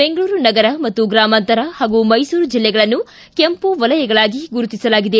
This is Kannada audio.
ಬೆಂಗಳೂರು ನಗರ ಮತ್ತು ಗ್ರಾಮಾಂತರ ಹಾಗೂ ಮೈಸೂರು ಜಿಲ್ಲೆಗಳನ್ನು ಕೆಂಪು ವಲಯಗಳಾಗಿ ಗುರುತಿಸಲಾಗಿದೆ